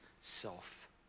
self